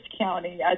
County